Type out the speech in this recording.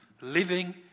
living